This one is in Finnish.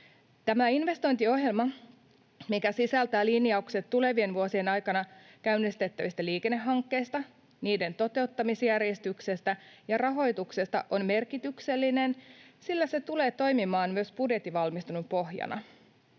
Tämä investointiohjelma, mikä sisältää linjaukset tulevien vuosien aikana käynnistettävistä liikennehankkeista, niiden toteuttamisjärjestyksestä ja rahoituksesta, on merkityksellinen, sillä se tulee toimimaan myös budjettivalmistelun pohjana.